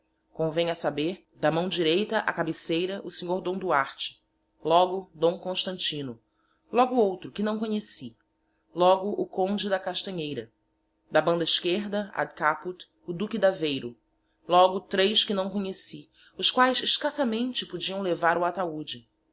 convem a saber da maõ direita á cabeceira o senhor dom duarte logo dom constantino logo outro que naõ conheci logo o conde da castanheira da banda esquerda ad caput o duque d'aveiro logo tres que naõ conheci os quaes escassamente podiaõ levar o ataude